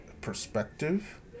perspective